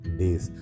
days